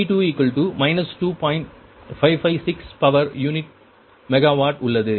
556 power unit megawatt உள்ளது